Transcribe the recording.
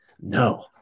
No